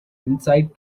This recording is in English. insight